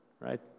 right